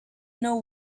know